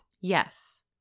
Yes